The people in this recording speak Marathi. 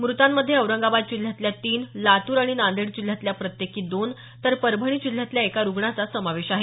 मृतांमध्ये औरंगाबाद जिल्ह्यातल्या तीन लातूर आणि नांदेड जिल्ह्यातल्या प्रत्येकी दोन तर परभणी जिल्ह्यातल्या एका रुग्णाचा समावेश आहे